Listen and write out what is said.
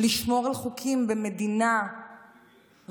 לשמור על חוקים במדינה ריבונית,